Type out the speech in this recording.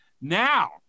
Now